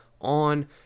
on